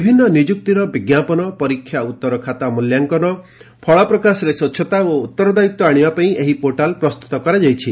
ବିଭିନ୍ନ ନିଯୁକ୍ତର ବିଙ୍କାପନ ପରୀକ୍ଷା ଉତ୍ତର ଖାତା ମୂଲ୍ୟାଙ୍କନ ଫଳ ପ୍ରକାଶରେ ସ୍ୱ ଉତ୍ତରଦାୟିତ୍ ଆଶିବା ପାଇଁ ଏହି ପୋର୍ଚାଲ୍ ପ୍ରସ୍ତୁତ କରାଯାଇଛି